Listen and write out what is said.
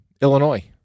Illinois